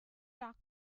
tucked